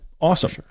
Awesome